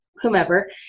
whomever